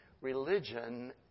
religion